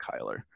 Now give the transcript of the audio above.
Kyler